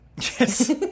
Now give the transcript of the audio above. Yes